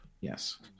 yes